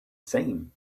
same